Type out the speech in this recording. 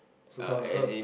so it's not her